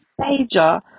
major